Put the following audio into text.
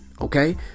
Okay